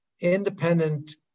independent